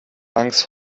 angst